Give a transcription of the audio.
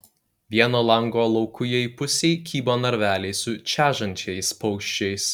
vieno lango laukujėj pusėj kybo narveliai su čežančiais paukščiais